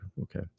Okay